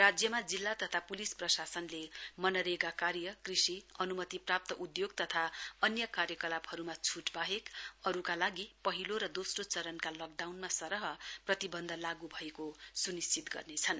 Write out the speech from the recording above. राज्यमा जिल्ला तथा पुलिस प्रशासनले मनरेगा कार्य कृषि अनुमतिप्राप्त उद्योग तथा अन्य कार्यकलापहरूमा छूट बाहेक अरूका लागि पहिलो र दोस्रो चरणका लकडाउनमा सरह प्रतिबन्ध लागू भएको सुनिश्चित गर्नेछन्